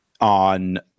on